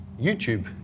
YouTube